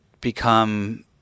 become